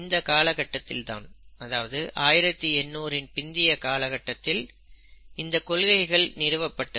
இந்த காலகட்டத்தில் தான் அதாவது 1800 இன் பிந்திய காலத்தில் இந்தக் கொள்கைகள் நிறுவப்பட்டது